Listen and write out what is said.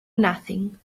nothing